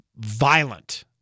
violent